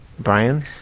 Brian